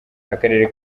akarere